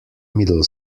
middle